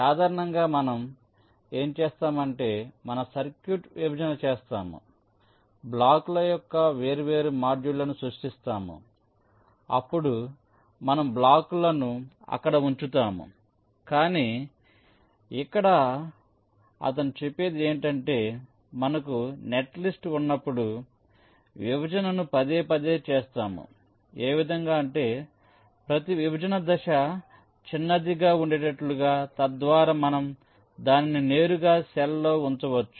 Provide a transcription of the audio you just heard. సాధారణంగా మనం ఏమి చేస్తామంటే మన సర్క్యూట్ విభజన చేస్తాము బ్లాకుల యొక్క వేర్వేరు మాడ్యూళ్ళను సృష్టిస్తాము అప్పుడు మనం బ్లాకులను అక్కడ ఉంచుతాము కాని ఇక్కడ అతను చెప్పేది ఏమిటంటే మనకు నెట్లిస్ట్ ఉన్నప్పుడు విభజనను పదేపదే చేస్తాముఏ విధంగా అంటే ప్రతి విభజన దశ చిన్నదిగా ఉండేట్లుగా తద్వారా మనం దానిని నేరుగా సెల్లో ఉంచవచ్చు